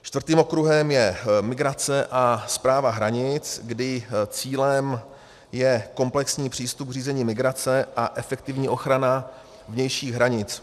Čtvrtým okruhem je migrace a správa hranic, kdy cílem je komplexní přístup k řízení migrace a efektivní ochrana vnějších hranic.